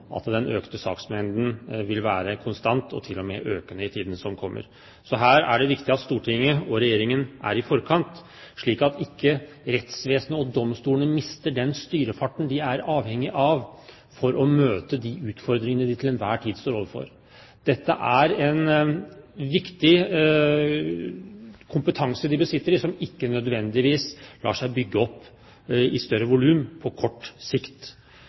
at den økte saksmengden vil være konstant, og til og med økende, i tiden som kommer. Så her er det viktig at Stortinget og Regjeringen er i forkant, slik at ikke rettsvesenet og domstolene mister den styrefarten de er avhengig av for å møte de utfordringene de til enhver tid står overfor. Det er en viktig kompetanse de besitter, som ikke nødvendigvis lar seg bygge opp i større volum på kort sikt.